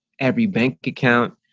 every bank account,